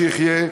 שיחיה,